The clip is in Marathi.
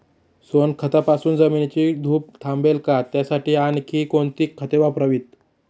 सोनखतापासून जमिनीची धूप थांबेल का? त्यासाठी आणखी कोणती खते वापरावीत?